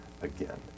again